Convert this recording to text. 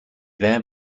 there